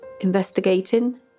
investigating